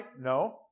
No